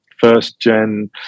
first-gen